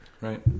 Right